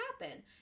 happen